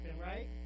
right